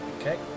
Okay